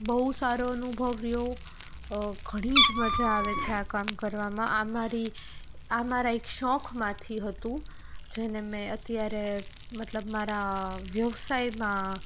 બહુ સારો અનુભવ રહ્યો ઘણી જ મજા આવે છે આ કામ કરવામાં આ મારી આ મારા એક શોખમાંથી હતું જેને મેં અત્યારે મતલબ મારા વ્યવસાયમાં